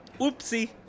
Oopsie